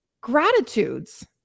gratitudes